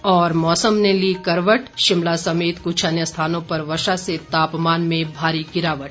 और मौसम ने ली करवट शिमला समेत क्छ अन्य स्थानों पर वर्षा से तापमान में भारी गिरावट